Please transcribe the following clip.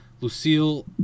Lucille